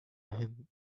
him